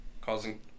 causing